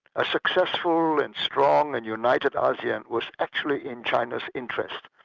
a successful and strong and united asean, was actually in china's interest.